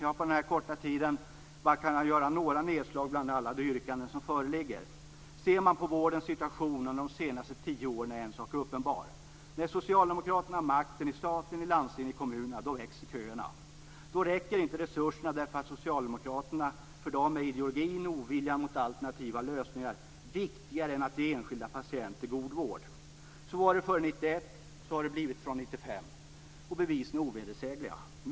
Jag har på den korta taletid som står till förfogande bara kunnat göra några nedslag bland alla yrkanden som föreligger. Sett till vårdens situation under de senaste tio åren är en sak uppenbar: När Socialdemokraterna har makten i staten, i landstingen och i kommunerna växer köerna. För Socialdemokraterna är ideologin, oviljan till alternativa lösningar, viktigare än att ge enskilda patienter god vård. Bevisen är ovedersägliga.